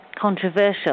controversial